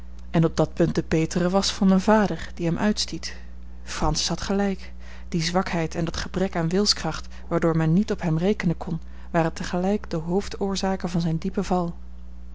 en op dat punt de betere was van den vader die hem uitstiet francis had gelijk die zwakheid en dat gebrek aan wilskracht waardoor men niet op hem rekenen kon waren tegelijk de hoofdoorzaken van zijn diepen val